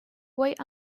wait